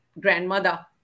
grandmother